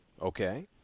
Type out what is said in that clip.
Okay